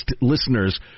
listeners